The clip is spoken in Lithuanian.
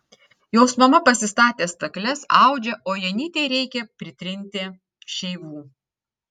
jos mama pasistatė stakles audžia o janytei reikia pritrinti šeivų